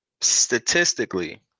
statistically